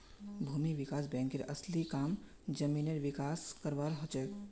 भूमि विकास बैंकेर असली काम जमीनेर विकास करवार हछेक